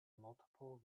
multiple